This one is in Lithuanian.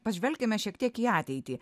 pažvelkime šiek tiek į ateitį